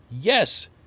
Yes